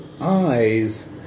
eyes